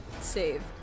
save